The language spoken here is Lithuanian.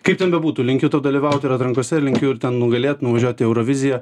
kaip ten bebūtų linkiu tau dalyvauti ir atrankose linkiu ir ten nugalėt nuvažiuot į euroviziją